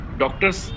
doctors